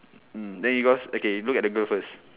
mm then because okay look at the girl first